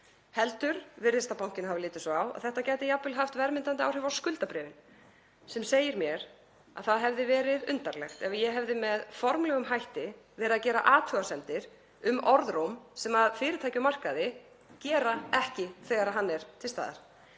heldur virðist að bankinn hafi litið svo á að þetta gæti jafnvel haft verðmyndandi áhrif á skuldabréfin. Það segir mér að það hefði verið undarlegt ef ég hefði með formlegum hætti gert athugasemdir við orðróm sem fyrirtæki á markaði gera ekki þegar hann er til staðar.